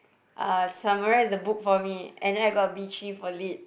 uh summarise the book for me and then I got a B three for lit